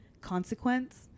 consequence